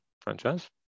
franchise